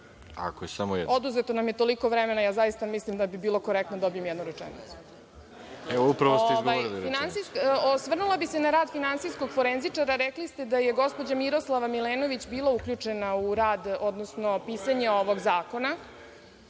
**Tatjana Macura** Oduzeto nam je toliko vremena, ja zaista mislim da bi bilo korektno da dobijem jednu rečenicu. **Veroljub Arsić** Evo, upravo ste izgovorili rečenicu. Osvrnula bih se na rad finansijskog forenzičara. Rekli ste da je gospođa Miroslava Milenović bila uključena u rad, odnosno pisanje ovog zakona.